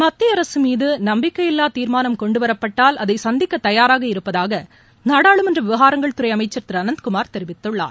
மத்திய அரசு மீது நம்பிக்கையில்லா தீர்மானம் கொண்டுவரப்பட்டால் அதை சந்திக்க தயாராக இருப்பதாக நாடாளுமன்ற விவகாரங்கள் துறை அமைச்சர் திரு அனந்த் குமார் தெரிவித்துள்ளார்